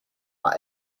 are